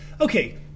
okay